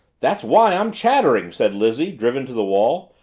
that's why i'm chattering! said lizzie, driven to the wall.